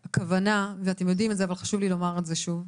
אתם יודעים את זה, אבל חשוב לי לומר את זה שוב: